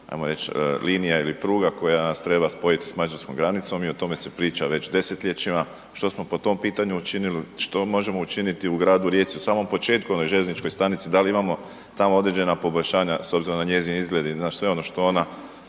jedna željeznica ili pruga koja nas treba spojiti s Mađarskom granicom i o tome se priča već desetljećima. Što smo po tom pitanju učinili, što možemo učiniti u gradu Rijeci u samom početku na željezničkoj stanici, da li imamo tamo određena poboljšanja s obzirom na njezin izgled i na sve ono što ona